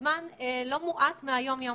זמן לא מועט יום-יום.